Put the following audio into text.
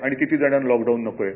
आणि किती जणांना लॉकडाऊन नको आहे